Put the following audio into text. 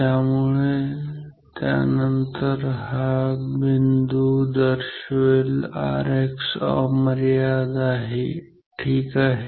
त्यामुळे त्यानंतर हा बिंदू दर्शवेल Rx अमर्याद ∞ आहे ठीक आहे